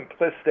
simplistic